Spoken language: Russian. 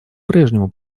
прежнему